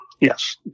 yes